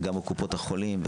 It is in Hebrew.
קופות החולים,